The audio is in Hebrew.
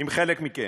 עם חלק מכם.